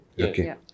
Okay